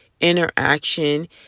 interaction